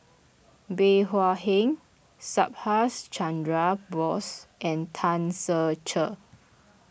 Bey Hua Heng Subhas Chandra Bose and Tan Ser Cher